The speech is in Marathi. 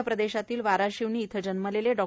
मध्य प्रदेशातील वरशिवणी इथे जन्मलेले डॉ